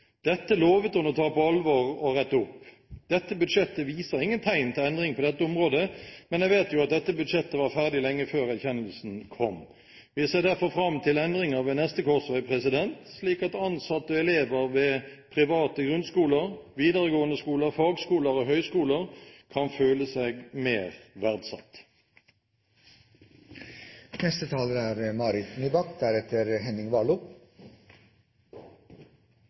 Dette lovet hun å ta på alvor og rette opp. Dette budsjettet viser ingen tegn til endring på dette området, men jeg vet jo at dette budsjettet var ferdig lenge før erkjennelsen kom. Vi ser derfor fram til endringer ved neste korsvei, slik at ansatte og elever ved private grunnskoler, videregående skoler, fagskoler og høyskoler kan føle seg mer